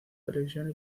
televisión